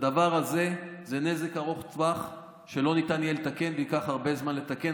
הדבר הזה הוא נזק ארוך טווח שלא ניתן יהיה לתקן וייקח הרבה זמן לתקן.